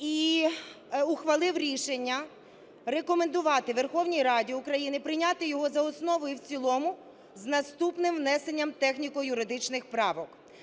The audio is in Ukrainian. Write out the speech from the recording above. і ухвалив рішення рекомендувати Верховній Раді України прийняти його за основу і в цілому з наступним внесенням техніко-юридичних правок.